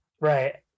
Right